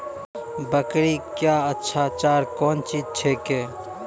बकरी क्या अच्छा चार कौन चीज छै के?